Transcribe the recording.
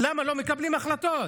למה לא מקבלים החלטות?